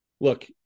Look